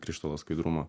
krištolo skaidrumo